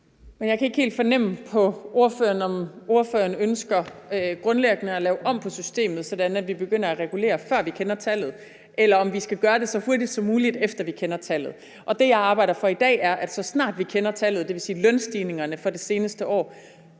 Jeg kan ikke helt fornemme på ordføreren, om ordføreren ønsker grundlæggende at lave om på systemet, sådan at vi begynder at regulere, før vi kender tallet, eller om vi skal gøre det så hurtigt som muligt, efter vi kender tallet. Det, jeg arbejder for i dag, er, at så snart vi kender tallet, dvs. lønstigningerne for det seneste år,